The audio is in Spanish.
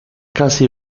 casi